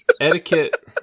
Etiquette